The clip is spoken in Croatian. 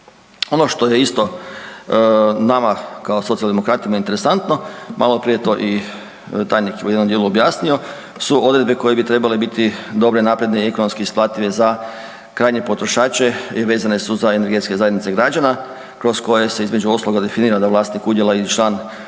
Ono što je isto nama kao socijaldemokratima interesantno, maloprije je to i tajnik u jednom dijelu objasnio su odredbe koje bi trebale biti dobre, napredne i ekonomski isplative za krajnje potrošai vezane su za energetske zajednice građana kroz koje se između ostaloga definira da vlasnik udjela i član u